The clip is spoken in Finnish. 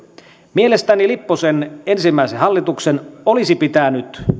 mielestäni lipposen ensimmäisen hallituksen olisi pitänyt